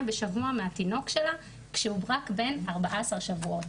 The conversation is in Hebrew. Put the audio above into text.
בשבוע מהתינוק שלה כשהוא רק בן 14 שבועות.